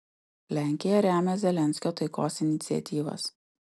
lenkija remia zelenskio taikos iniciatyvas